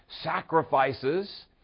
sacrifices